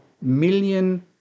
million